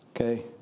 Okay